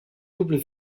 double